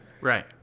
Right